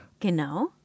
Genau